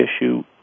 issue